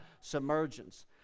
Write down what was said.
submergence